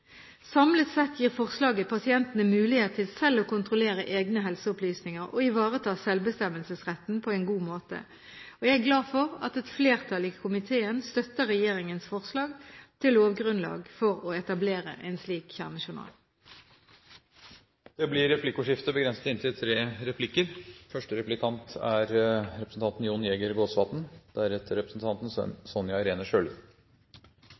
Samlet sett gir forslaget pasientene mulighet til selv å kontrollere egne helseopplysninger og ivareta selvbestemmelsesretten på en god måte. Jeg er glad for at et flertall i komiteen støtter regjeringens forslag til lovgrunnlag for å etablere en slik kjernejournal. Det blir replikkordskifte. Fremskrittspartiet vil at jeg som person skal kunne gi mitt samtykke til å opprette og bruke data i en kjernejournal mens jeg er